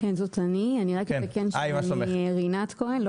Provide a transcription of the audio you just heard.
אני רק אתקן, שמי רינת כהן.